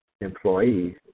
employees